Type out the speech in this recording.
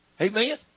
amen